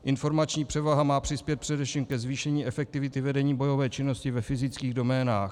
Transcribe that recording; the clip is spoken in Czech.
Informační převaha má přispět především ke zvýšení efektivity vedení bojové činnosti ve fyzických doménách.